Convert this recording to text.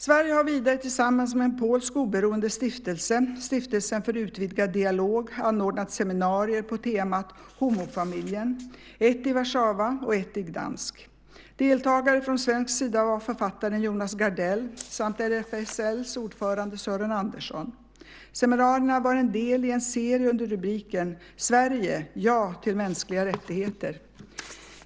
Sverige har vidare tillsammans med en polsk oberoende stiftelse, Stiftelsen för utvidgad dialog, anordnat seminarier på temat Homofamiljen, ett i Warszawa och ett i Gdansk. Deltagare från svensk sida var författaren Jonas Gardell samt RFSL:s ordförande Sören Andersson. Seminarierna var en del i en serie under rubriken Sverige: Ja till mänskliga rättigheter .